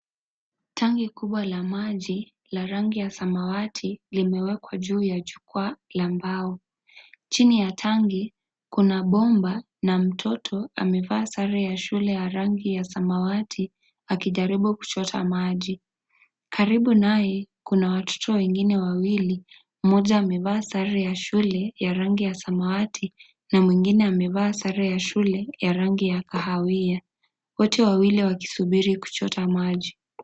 Tanki kubwa la maji la rangi ya samawati limewekwa juu ya jukwaa la mbao . Chini ya tanki kuna bomba na mtoto amevaa sare ya shule ya rangi ya samawati akijaribu kuchota maji . Karibu naye kuna watoto wengine wawili , mmoja amevaa sare ya shule ya rangi ya samawati na mwingine amevaa sare ya shule ya rangi ya kahawia . Wote wawili wakisubiri kuchota maji.